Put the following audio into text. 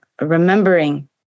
remembering